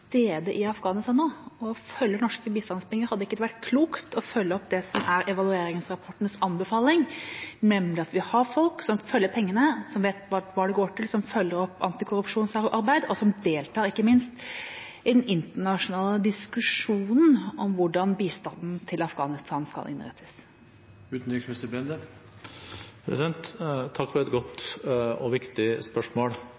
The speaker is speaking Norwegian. i Afghanistan nå og som følger norske bistandspenger. Hadde det ikke vært klokt å følge opp det som er evalueringsrapportens anbefaling, nemlig at vi har folk som følger pengene, som vet hva de går til, som følger opp antikorrupsjonsarbeid, og som deltar, ikke minst, i den internasjonale diskusjonen om hvordan bistanden til Afghanistan skal innrettes? Takk for et